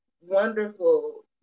wonderful